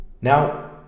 now